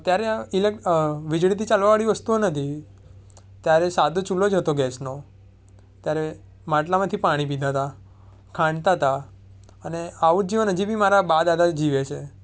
ત્યારે આ ઈલેક્ વીજળીથી ચાલવાવાળી વસ્તુઓ નહોતી ત્યારે સાદો ચૂલો જ હતો ગેસનો ત્યારે માટલામાંથી પાણી પીતા હતા ખાંડતા હતા અને આવું જ જીવન હજી બી મારા બા દાદા જીવે છે